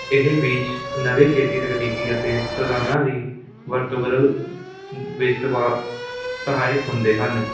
ਇਹ ਬੀਜ ਨਵੇਂ ਖੇਤੀ ਤਕਨੀਕੀ ਅਤੇ ਰੋਜ਼ਾਨਾ ਦੀ ਵਰਤੋਂ ਬਦਲਵੇਂ ਸਹਾਇਕ ਹੁੰਦੇ ਹਨ